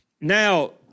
Now